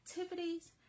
activities